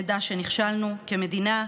נדע שנכשלנו כמדינה,